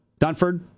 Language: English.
Dunford